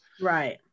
Right